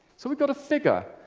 so we've got a figure.